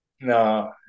No